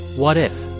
what if?